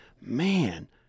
man